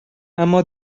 اما